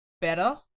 better